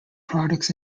products